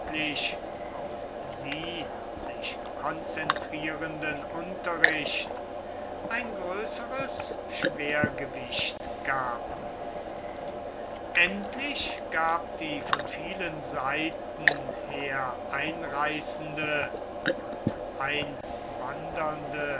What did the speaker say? auf sie sich konzentrierenden unterricht ein größeres schwergewicht gaben endlich gab die von vielen seiten her einreißende und einwandernde